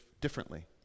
differently